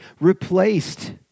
replaced